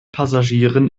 passagieren